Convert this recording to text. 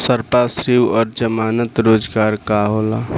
संपार्श्विक और जमानत रोजगार का होला?